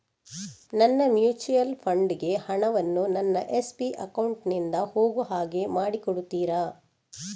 ನನ್ನ mutual fund ಗೆ ಹಣ ವನ್ನು ನನ್ನ ಎಸ್.ಬಿ ಅಕೌಂಟ್ ನಿಂದ ಹೋಗು ಹಾಗೆ ಮಾಡಿಕೊಡುತ್ತೀರಾ?